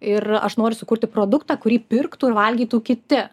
ir aš noriu sukurti produktą kurį pirktų ir valgytų kiti